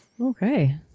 Okay